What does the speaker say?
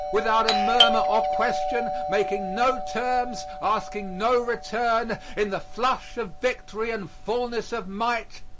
without a murmur or question, making no terms, asking no return, in the flush of victory and fulness of might,